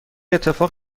اتفاق